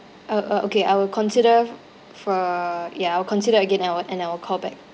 uh uh okay I will consider f~ for ya I'll consider again and I will and I will call back